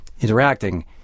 interacting